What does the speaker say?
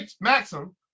maxim